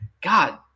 God